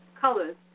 colors